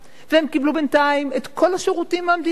והם קיבלו בינתיים את כל השירותים מהמדינה.